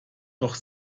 doch